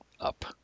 up